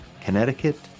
Connecticut